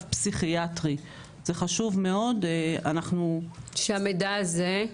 פסיכיאטרי זה חשוב מאוד אנחנו --- שהמידע הזה,